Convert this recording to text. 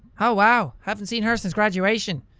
oh wow. haven't seen her since graduation.